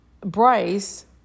Bryce